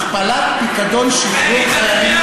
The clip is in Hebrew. הכפלת פיקדון שחרור חיילים,